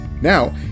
Now